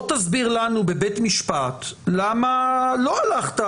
בוא תסביר לנו בבית משפט למה לא הלכת